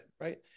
right